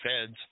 feds